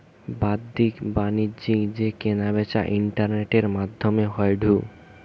বাদ্দিক বাণিজ্য যেই কেনা বেচা ইন্টারনেটের মাদ্ধমে হয়ঢু